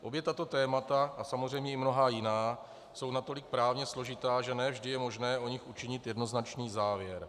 Obě tato témata a samozřejmě i mnohá jiná jsou natolik právně složitá, že ne vždy je možné o nich učinit jednoznačný závěr.